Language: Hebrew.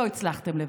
לא הצלחתם לבד.